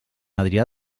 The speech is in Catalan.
adrià